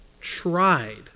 tried